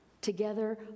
Together